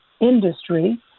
Industry